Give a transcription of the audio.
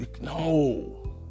No